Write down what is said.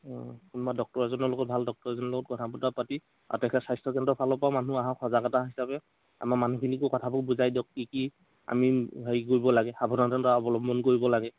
কোনোবা ডক্টৰ এজনৰ লগত ভাল ডক্টৰ এজনৰ লগত কথা বতৰা পাতি স্বাস্থ্যকেন্দ্ৰৰ ফালৰ পৰাও মানুহ আহক সজাগতা হিচাপে আমাৰ মানুহখিনিকো কথাবোৰ বুজাই দিয়ক কি কি আমি হেৰি কৰিব লাগে সাবধানতা অৱলম্বন কৰিব লাগে